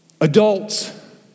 Adults